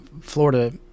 Florida